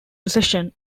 recession